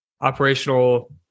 operational